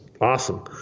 awesome